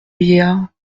vieillard